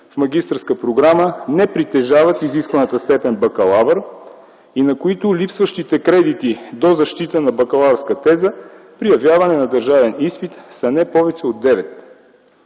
в магистърска програма не притежават изискваната степен „бакалавър”, и на които липсващите кредити до защита на бакалавърска теза при явяване на държавен изпит, са не повече от